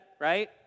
right